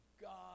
God